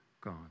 God